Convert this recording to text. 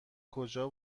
کجا